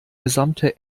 gesamte